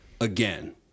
again